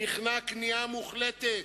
נכנע כניעה מוחלטת.